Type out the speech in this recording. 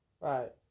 Right